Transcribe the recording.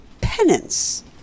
penance